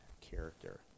character